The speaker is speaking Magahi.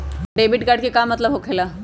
डेबिट कार्ड के का मतलब होकेला?